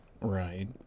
Right